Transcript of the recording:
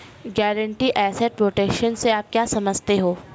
Guaranteed asset protection से आप क्या समझते हैं?